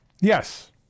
Yes